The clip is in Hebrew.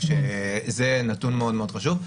שזה נתון מאוד חשוב.